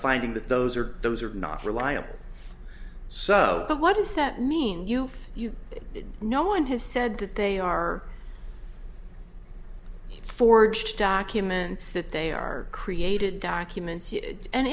finding that those are those are not reliable so what does that mean you you know one has said that they are forged documents that they are created documents and